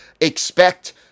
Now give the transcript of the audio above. Expect